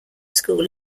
school